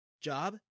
job